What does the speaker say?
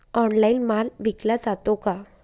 Online माल विकला जातो का?